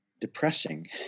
depressing